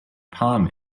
palm